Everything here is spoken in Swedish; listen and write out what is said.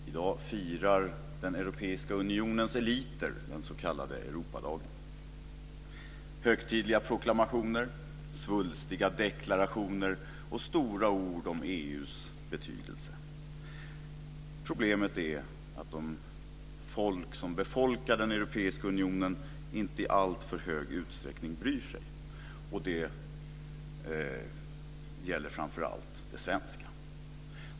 Fru talman! I dag firar den europeiska unionens eliter den s.k. Europadagen med högtidliga proklamationer, svulstiga deklarationer och stora ord om EU:s betydelse. Problemet är att de människor som befolkar den europeiska unionen inte i alltför hög utsträckning bryr sig, och det gäller framför allt det svenska folket.